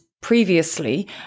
previously